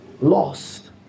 lost